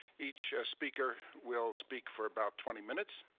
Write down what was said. each speaker will speak for about twenty minutes,